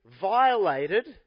violated